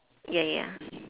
ya ya